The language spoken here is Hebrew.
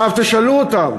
תשאלו אותם: